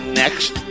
next